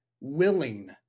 willing